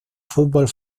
fútbol